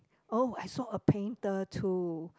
oh I saw a painter too